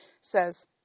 says